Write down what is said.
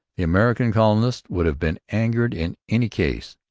the american colonists would have been angered in any case.